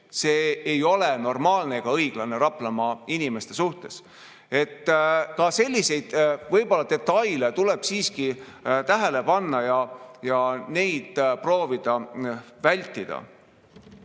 See ei ole normaalne ega õiglane Raplamaa inimeste suhtes. Ka selliseid detaile tuleb siiski tähele panna ja proovida neid vältida.